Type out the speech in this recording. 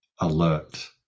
alert